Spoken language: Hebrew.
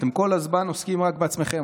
אתם כל הזמן עוסקים רק בעצמכם.